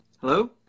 Hello